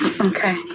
Okay